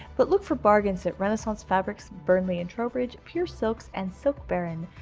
but look for bargains at renaissance fabrics, burnley and trowbridge pure silks, and silk baron.